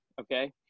Okay